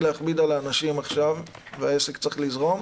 להכביד על האנשים עכשיו והעסק צריך לזרום,